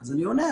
אז אני עונה.